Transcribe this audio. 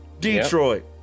Detroit